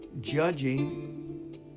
Judging